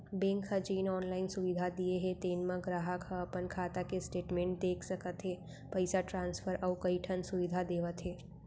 bank ह जेन online सुबिधा दिये हे तेन म गराहक ह अपन खाता के स्टेटमेंट देख सकत हे, पइसा ट्रांसफर अउ कइ ठन सुबिधा देवत हे